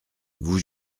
vous